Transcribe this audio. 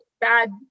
Bad